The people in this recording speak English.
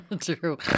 True